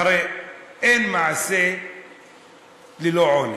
הרי אין מעשה ללא עונש,